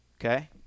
Okay